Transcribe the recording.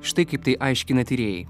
štai kaip tai aiškina tyrėjai